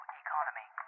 economy